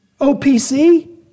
OPC